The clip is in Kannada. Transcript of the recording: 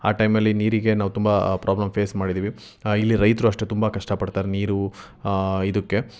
ಆ ಟೈಮಲ್ಲಿ ನೀರಿಗೆ ನಾವು ತುಂಬ ಪ್ರಾಬ್ಲಮ್ ಫೇಸ್ ಮಾಡಿದ್ದೀವಿ ಇಲ್ಲಿ ರೈತರು ಅಷ್ಟೇ ತುಂಬ ಕಷ್ಟ ಪಡ್ತಾರೆ ನೀರು ಇದಕ್ಕೆ